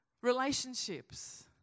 relationships